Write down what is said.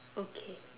okay